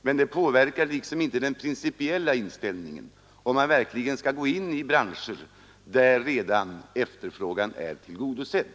Men det påverkar inte den principiella inställningen till frågan om man verkligen skall gå in branscher där efterfrågan redan är tillgodosedd.